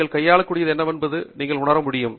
நீங்கள் கையாளக்கூடியது என்னவென்பதை நீங்கள் உணர முடியும்